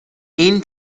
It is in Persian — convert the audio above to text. این